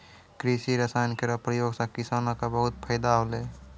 कृषि रसायन केरो प्रयोग सँ किसानो क बहुत फैदा होलै